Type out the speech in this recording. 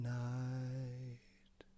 night